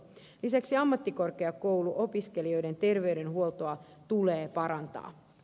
lisäksi ammattikorkeakouluopiskelijoiden terveydenhuoltoa tulee parantaa